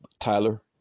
Tyler